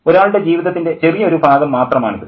ഒരാളുടെ ജീവിതത്തിൻ്റെ ചെറിയ ഒരു ഭാഗം മാത്രമാണിത്